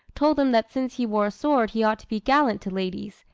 told him that since he wore a sword he ought to be gallant to ladies,